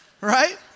right